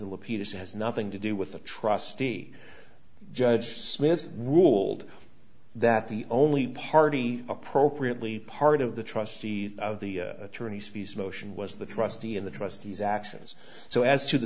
the peterson has nothing to do with the trustee judge smith ruled that the only party appropriately part of the trustee of the attorneys fees motion was the trustee in the trustees actions so as to the